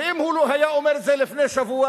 ואם הוא לא היה אומר את זה לפני שבוע,